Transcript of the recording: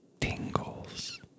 tingles